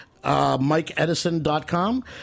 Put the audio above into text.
MikeEdison.com